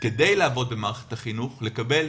כדי לעבוד במערכת החינוך לקבל